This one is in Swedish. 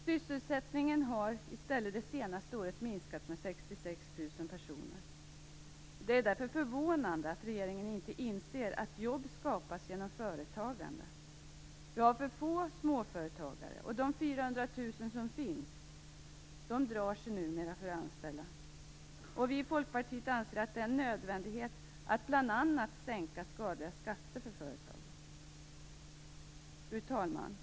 Sysselsättningen har i stället det senaste året minskat med 66 000 personer. Det är därför förvånande att regeringen inte inser att jobb skapas genom företagande. Vi har för få småföretagare, och de 400 000 som finns drar sig numera för att anställa. Vi i Folkpartiet anser att det är en nödvändighet att bl.a. sänka skadliga skatter för företagen. Fru talman!